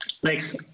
Thanks